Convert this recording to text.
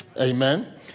Amen